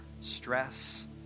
stress